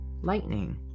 lightning